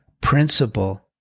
principle